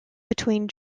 between